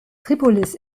tripolis